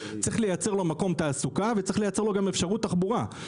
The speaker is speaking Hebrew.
צריך לייצר לו מקום תעסוקה וצריך לייצר לו גם אפשרות תחבורה.